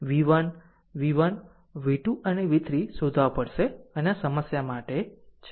v1 v1 v2 અને v3 શોધવા પડશે અને આ સમસ્યા માટે છે